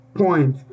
point